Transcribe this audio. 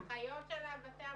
אלה אחיות של בתי האבות.